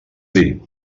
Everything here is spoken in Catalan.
dir